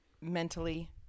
mentally